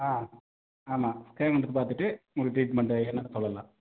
ஆ ஆமாம் ஸ்கேன் எடுத்து பார்த்துட்டு உங்களுக்கு ட்ரீட்மெண்ட் என்னன்னு சொல்லலாம்